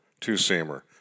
two-seamer